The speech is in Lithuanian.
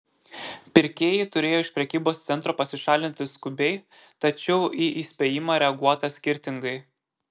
pirkėjai turėjo iš prekybos centro pasišalinti skubiai tačiau į įspėjimą reaguota skirtingai